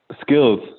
skills